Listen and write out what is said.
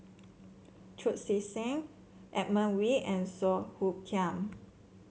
Chu Chee Seng Edmund Wee and Song Hoot Kiam